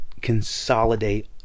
consolidate